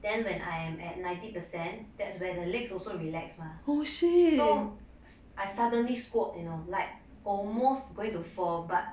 then when I am at ninety percent that's where the legs also relax mah so I suddenly squat you know like almost going to fall but